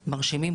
מרשימים,